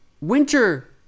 winter